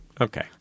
Okay